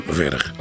verder